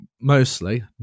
mostly